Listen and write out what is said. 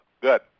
Good